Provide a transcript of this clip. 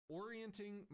orienting